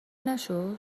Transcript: نشد